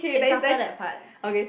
it's after that part